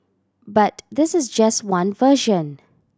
but this is just one version